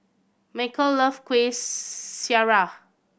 Macel love Kuih Syara